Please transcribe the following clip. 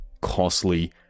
costly